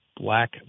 black